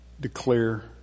declare